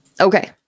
Okay